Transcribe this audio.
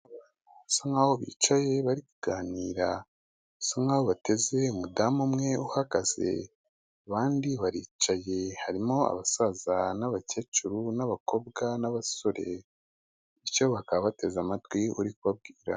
Basa nkaho bicaye bariganirasa nkaho bateze umudamu umwe uhagaze abandi baricaye harimo abasaza'abakecuru n'abakobwa n'abasore bityo bakabateze amatwi uri kubabwira.